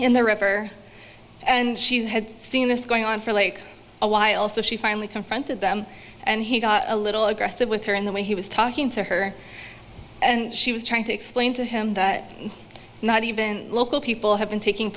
in the ripper and she had seen this going on for like a while so she finally confronted them and he got a little aggressive with her in the way he was talking to her and she was trying to explain to him that not even local people have been taking